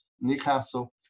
Newcastle